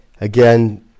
again